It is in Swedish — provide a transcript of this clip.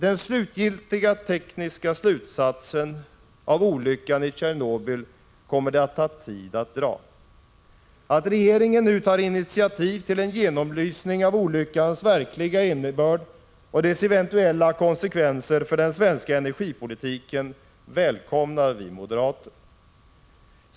Den slutgiltiga tekniska slutsatsen av olyckan i Tjernobyl kommer det att ta tid att dra. Att regeringen nu tar initiativ till en genomlysning av olyckans verkliga innebörd och dess eventuella konsekvenser för den svenska energipolitiken välkomnar vi moderater.